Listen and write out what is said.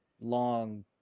long